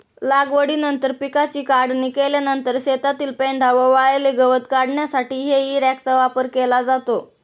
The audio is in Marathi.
लागवडीनंतर पिकाची काढणी केल्यानंतर शेतातील पेंढा व वाळलेले गवत काढण्यासाठी हेई रॅकचा वापर केला जातो